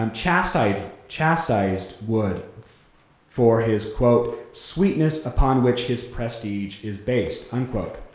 um chastised chastised wood for his quote sweetness upon which his prestige is based, unquote.